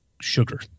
sugar